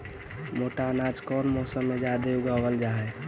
मोटा अनाज कौन मौसम में जादे उगावल जा हई?